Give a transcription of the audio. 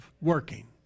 working